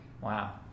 Wow